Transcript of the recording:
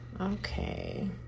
okay